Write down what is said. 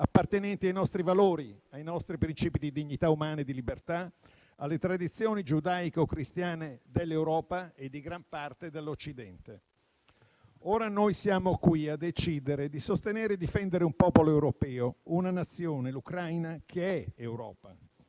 appartenenti ai nostri valori, ai nostri principi di dignità umana e di libertà, alle tradizioni giudaico-cristiane dell'Europa e di gran parte dell'Occidente. Ora noi siamo qui a decidere di sostenere e difendere un popolo europeo, una Nazione, l'Ucraina, che è Europa;